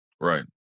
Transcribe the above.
Right